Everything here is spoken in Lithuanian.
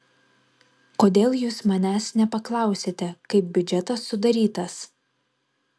kodėl jūs manęs nepaklausėte kaip biudžetas sudarytas